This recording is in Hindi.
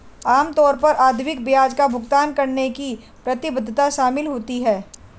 आम तौर पर आवधिक ब्याज का भुगतान करने की प्रतिबद्धता शामिल होती है